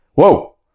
Whoa